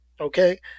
okay